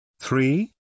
Three